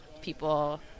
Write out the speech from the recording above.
people